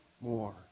more